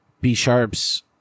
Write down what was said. B-Sharp's